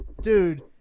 dude